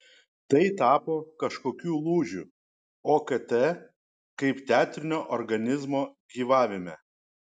tai tapo kažkokiu lūžiu okt kaip teatrinio organizmo gyvavime